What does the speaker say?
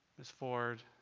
mrs. ford,